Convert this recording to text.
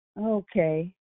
Okay